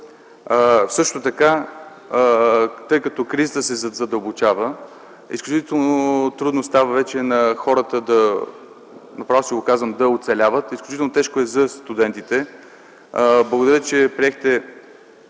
дете. Тъй като кризата се задълбочава, изключително трудно става за хората да оцеляват, изключително тежко е и за студентите. Благодаря, че коригирахте